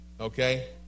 Okay